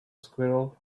squirrel